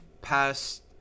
past